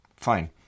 Fine